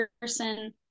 person